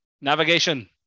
navigation